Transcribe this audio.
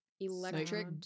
electric